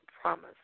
promise